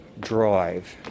drive